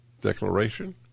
Declaration